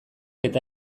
eta